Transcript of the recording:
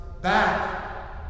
back